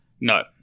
No